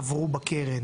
עברו בקרן,